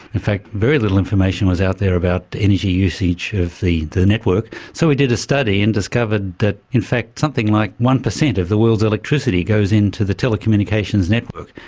in fact very little information was out there about energy usage of the the network. so we did a study and discovered that in fact something like one percent of the world's electricity goes into the telecommunications network.